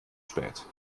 spät